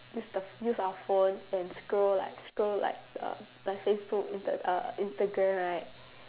use the use our phone and scroll like scroll like the like facebook inte~ instagram right